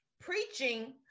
preaching